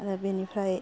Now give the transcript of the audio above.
आरो बेनिफ्राय